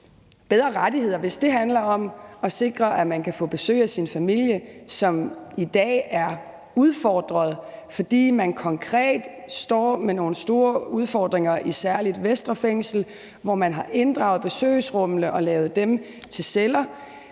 bedre rettigheder handler om at sikre, at man kan få besøg af sin familie, hvilket i dag er udfordret, fordi man konkret står med nogle store udfordringer i særlig Venstre Fængsel, hvor man har inddraget besøgsrummene og lavet dem til celler,